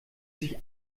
sich